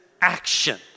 action